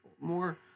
more